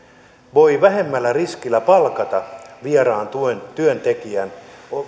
voi vähemmällä riskillä palkata vieraan työntekijän